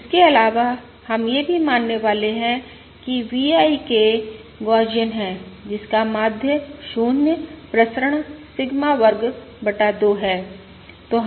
इसके अलावा हम यह भी मानने वाले हैं कि VI K गौसियन है जिसका माध्य 0 प्रसरण सिग्मा वर्ग हैं बटा 2 है